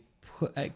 put